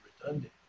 redundant